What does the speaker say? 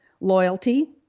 Loyalty